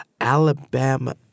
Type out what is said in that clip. Alabama